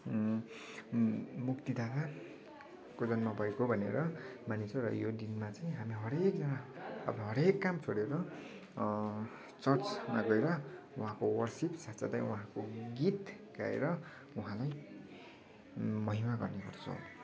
मुक्तिदाताको जन्म भएको भनेर मानिन्छ र यो दिनमा चाहिँ हामी हरेकजना हरेक काम छोडेर चर्चमा गएर उहाँको वरसिप् साथ साथै उहाँको गीत गाएर उहाँलाई महिमा गर्ने गर्छौँ